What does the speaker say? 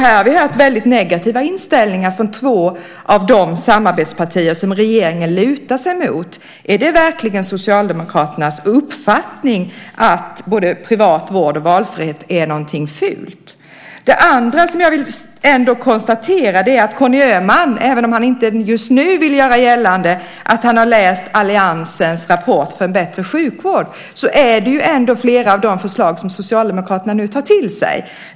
Här har vi hört väldigt negativa inställningar från de två samarbetspartier som regeringen lutar sig mot. Är det verkligen Socialdemokraternas uppfattning att både privat vård och valfrihet är någonting fult? Sedan kan jag konstatera att även om Conny Öhman inte just nu vill göra gällande att han har läst alliansens rapport för en bättre sjukvård är det ändå flera av de förslagen som Socialdemokraterna nu tar till sig.